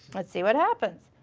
let's see what happens.